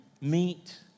meet